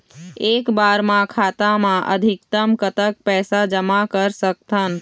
एक बार मा खाता मा अधिकतम कतक पैसा जमा कर सकथन?